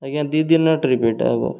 ଆଜ୍ଞା ଦୁଇ ଦିନ ଟ୍ରିପ୍ଟା ହବ